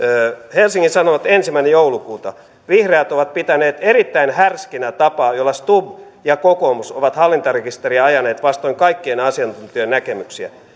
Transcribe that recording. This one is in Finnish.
helsingin sanomat ensimmäinen joulukuuta vihreät ovat pitäneet erittäin härskinä tapaa jolla stubb ja kokoomus ovat hallintarekisteriä ajaneet vastoin kaikkien asiantuntijoiden näkemyksiä